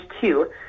two